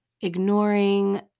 ignoring